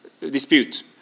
dispute